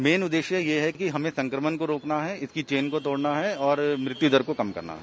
man उददेश्य यह है कि हमें संक्रमण को रोकना है इसकी चेन को तोडना है और मृत्युदर को कम करना है